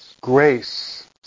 grace